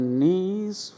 knees